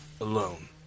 alone